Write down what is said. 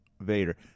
Vader